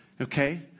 Okay